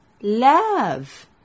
Love